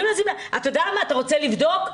אתה יודע מה, אתה רוצה לבדוק?